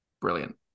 brilliant